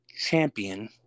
champion